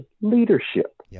leadership